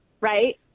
right